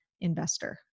investor